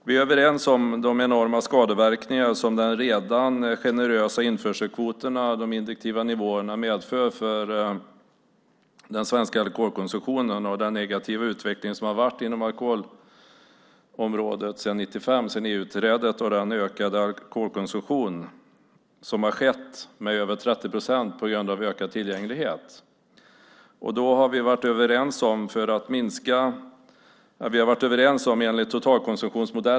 Vi är överens om att det är enorma skadeverkningar som en följd av de redan generösa införselkvoterna och de indikativa nivåerna. Det har varit en negativ utveckling på alkoholområdet i Sverige sedan EU-inträdet 1995, och alkoholkonsumtionen har ökat med över 30 procent på grund av ökad tillgänglighet.